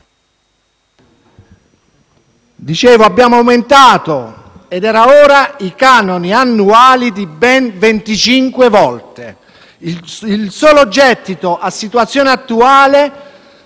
abbiamo aumentato - e era ora - i canoni annuali di ben 25 volte: il solo gettito, a situazione attuale,